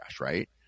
right